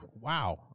wow